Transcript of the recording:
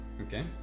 Okay